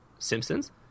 simpsons